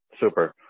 Super